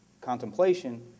contemplation